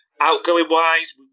Outgoing-wise